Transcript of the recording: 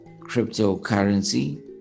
cryptocurrency